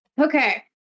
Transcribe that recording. Okay